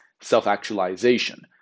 self-actualization